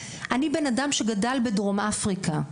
אני אדם שגדל בדרום אפריקה.